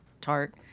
tart